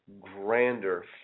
grander